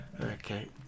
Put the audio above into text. Okay